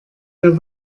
der